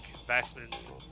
investments